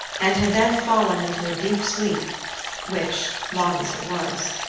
and had then fallen into a deep sleep which, long as it was,